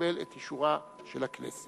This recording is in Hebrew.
לקבל את אישורה של הכנסת.